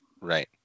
Right